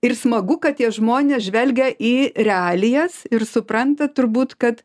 ir smagu kad tie žmonės žvelgia į realijas ir supranta turbūt kad